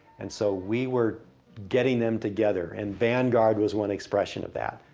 and so we were getting them together. and vanguard was one expression of that.